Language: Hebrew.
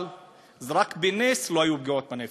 אבל רק בנס לא היו פגיעות בנפש.